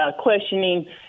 questioning